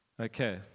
Okay